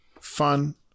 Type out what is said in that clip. fun